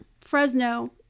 Fresno